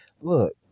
Look